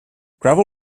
gravel